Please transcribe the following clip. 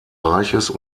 reiches